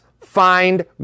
find